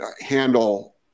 handle